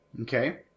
Okay